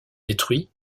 détruits